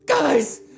Guys